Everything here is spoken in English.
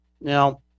Now